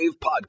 podcast